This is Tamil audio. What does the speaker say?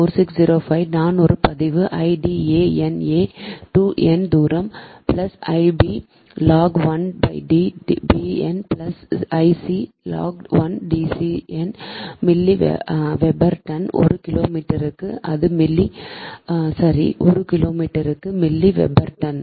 4605 நான் ஒரு பதிவு 1 D a n a to n தூரம் plus I b log 1 D b n plus I c log 1 D c n milli weber turn ஒரு கிலோமீட்டருக்கு அது மில்லி சரி ஒரு கிலோமீட்டருக்கு மில்லி வெபர் டன்